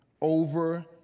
over